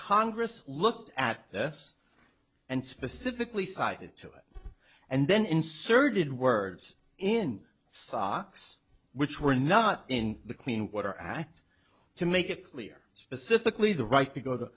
congress looked at this and specifically cited to it and then inserted words in socks which were not in the clean water act to make it clear specifically the right to go to